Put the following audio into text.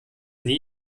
nie